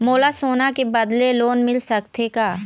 मोला सोना के बदले लोन मिल सकथे का?